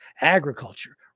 agriculture